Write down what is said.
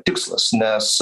tikslas nes